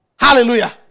Hallelujah